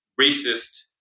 racist